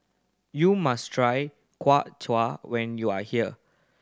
you must try Kuay Chap when you are here